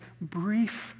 brief